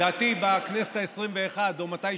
לדעתי בכנסת העשרים-ואחת או מתישהו.